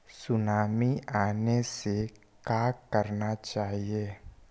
Tsunami आने से का करना चाहिए?